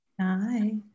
Hi